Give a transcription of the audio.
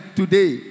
today